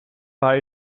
bij